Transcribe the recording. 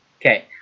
Okay